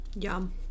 Yum